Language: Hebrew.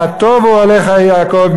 מה טובו אוהליך יעקב,